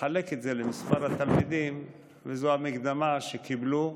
תחלק את זה במספר התלמידים, וזו המקדמה שקיבלו,